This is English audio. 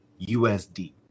USD